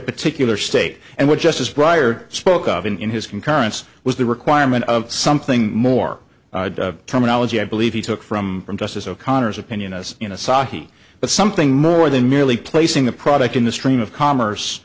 particular state and what justice briar spoke of in in his concurrence was the requirement of something more terminology i believe he took from justice o'connor's opinion as you know psaki but something more than merely placing the product in the stream of commerce